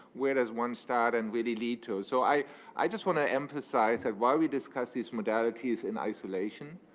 where does one start and really lead to? so i i just want to emphasize that, while we discuss these modalities in isolation,